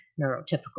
neurotypical